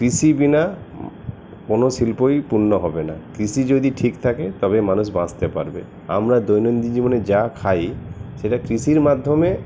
কৃষি বিনা কোনো শিল্পই পূর্ণ হবে না কৃষি যদি ঠিক থাকে তবেই মানুষ বাঁচতে পারবে আমরা দৈনন্দিন জীবনে যা খাই সেটা কৃষির মাধ্যমে